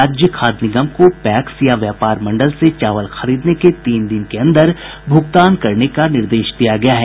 राज्य खाद्य निगम को पैक्स या व्यापार मंडल से चावल खरीदने के तीन दिन के अन्दर भुगतान करने का निर्देश दिया गया है